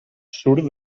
surt